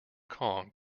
kong